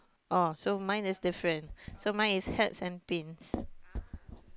oh so mine is different so mine is hats and pins